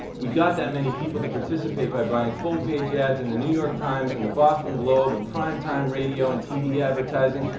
we got that many people to participate by buying full-page ads in the new york times, in the boston globe, in and prime time radio and tv advertising.